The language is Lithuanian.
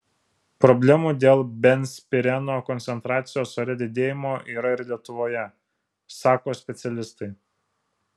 problemų dėl benzpireno koncentracijos ore didėjimo yra ir lietuvoje sako specialistai